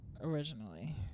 originally